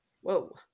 Whoa